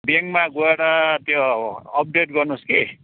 ब्याङ्कमा गएर त्यो अपडेट गर्नु होस् कि